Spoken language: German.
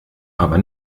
aber